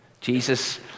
Jesus